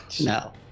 No